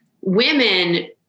women